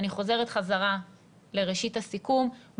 אני חוזרת חזרה לראשית הסיכום,